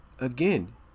Again